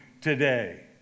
today